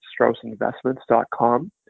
straussinvestments.com